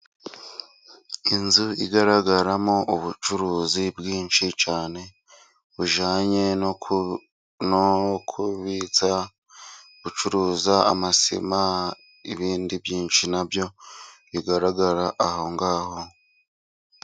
Inzu igaragaramo ubucuruzi bwinshi cyane, bujyanye no kubitsa, gucuruza amasima ibindi byinshi nabyo bigaragara aho ngaho.